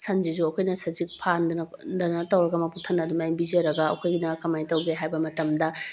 ꯁꯟꯁꯤꯁꯨ ꯑꯩꯈꯣꯏꯅ ꯁꯖꯤꯛ ꯐꯥꯟꯗꯅ ꯇꯧꯔꯒ ꯃꯕꯨꯛ ꯊꯟꯅ ꯑꯗꯨꯃꯥꯏꯅ ꯄꯤꯖꯔꯒ ꯑꯩꯈꯣꯏꯒꯤꯅ ꯀꯃꯥꯏꯅ ꯇꯧꯒꯦ ꯍꯥꯏꯕ ꯃꯇꯝꯗ